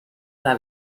una